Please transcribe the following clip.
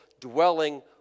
dwelling